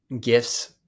gifts